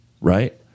Right